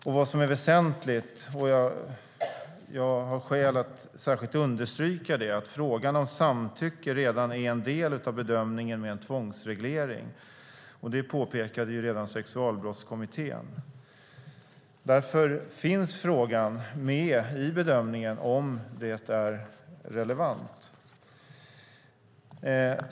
Låt mig också understryka att frågan om samtycke redan är en del av bedömningen med en tvångsreglering. Det påpekade redan Sexualbrottskommittén. Därför finns frågan med i bedömningen om det är relevant.